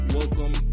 Welcome